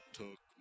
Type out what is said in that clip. took